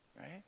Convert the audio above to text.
Right